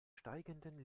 steigenden